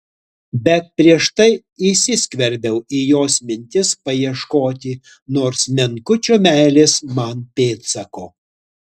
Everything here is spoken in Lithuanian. bet prieš tai įsiskverbiau į jos mintis paieškoti nors menkučio meilės man pėdsako